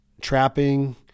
trapping